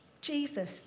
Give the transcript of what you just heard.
Jesus